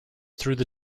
through